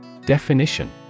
Definition